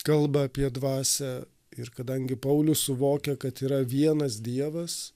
kalba apie dvasią ir kadangi paulius suvokia kad yra vienas dievas